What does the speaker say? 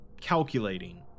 calculating